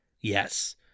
Yes